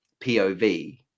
pov